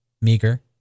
meager